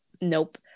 Nope